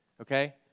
okay